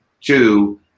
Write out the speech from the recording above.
two